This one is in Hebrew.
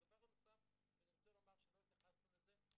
הדבר הנוסף שאני רוצה לומר ולא התייחסנו אליו זה